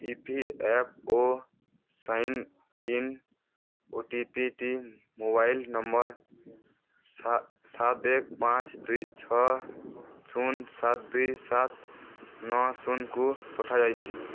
E P F O sign in ଓଟିପିଟି mobile number ସାତ ଏକ ପାଞ୍ଚ ଦୁଇ ଛଅ ଶୂନ ସାତ ଦୁଇ ସାତ ନଅ ଶୂନକୁ ପଠାଯାଇଛି